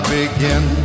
begin